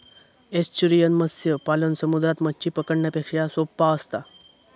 estuarine मत्स्य पालन समुद्रात मच्छी पकडण्यापेक्षा सोप्पा असता